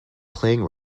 playing